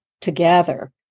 together